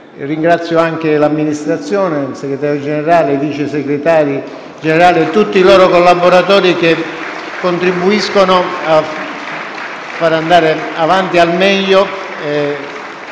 Ringrazio, inoltre, il Segretario Generale, i Vice Segretari Generali e tutti i loro collaboratori, che contribuiscono a far andare avanti al meglio